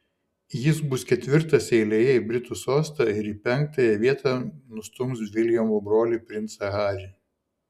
jis bus ketvirtas eilėje į britų sostą ir į penktąją vietą nustums viljamo brolį princą harį